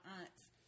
aunts